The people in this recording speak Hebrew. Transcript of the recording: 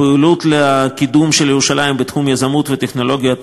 פעילות לקידום של ירושלים בתחום היזמות והטכנולוגיה,